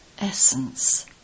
Essence